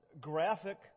graphic